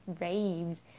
raves